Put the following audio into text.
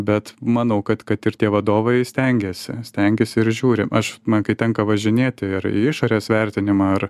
bet manau kad kad ir tie vadovai stengiasi stengiasi ir žiūri aš man kai tenka važinėti ir išorės vertinimą ar